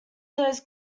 those